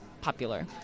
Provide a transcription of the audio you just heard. popular